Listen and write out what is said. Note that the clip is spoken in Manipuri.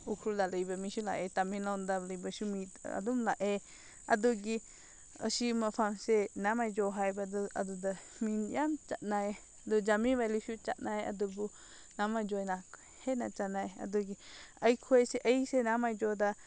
ꯎꯈ꯭ꯔꯨꯜꯗ ꯂꯩꯕ ꯃꯤꯁꯨ ꯂꯥꯛꯑꯦ ꯇꯥꯃꯦꯡꯂꯣꯡꯗ ꯂꯩꯕꯁꯨ ꯃꯤ ꯑꯗꯨꯝ ꯂꯥꯛꯑꯦ ꯑꯗꯨꯒꯤ ꯑꯁꯤ ꯃꯐꯝꯁꯦ ꯅꯥꯃꯩꯖꯣ ꯍꯥꯏꯕꯗꯣ ꯑꯗꯨꯗ ꯃꯤꯅ ꯌꯥꯝ ꯆꯠꯅꯩ ꯑꯗꯨ ꯖꯥꯃꯤ ꯚꯦꯜꯂꯤꯁꯨ ꯆꯠꯅꯩ ꯑꯗꯨꯕꯨ ꯅꯥꯃꯩꯖꯣꯅ ꯍꯦꯟꯅ ꯆꯠꯅꯩ ꯑꯗꯨꯒꯤ ꯑꯩꯈꯣꯏꯁꯦ ꯑꯩꯁꯦ ꯅꯥꯃꯩꯖꯣꯗ